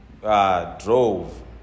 drove